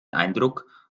eindruck